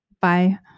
Bye